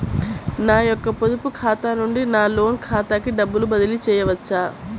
నా యొక్క పొదుపు ఖాతా నుండి నా లోన్ ఖాతాకి డబ్బులు బదిలీ చేయవచ్చా?